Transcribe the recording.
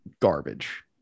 garbage